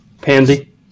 Pansy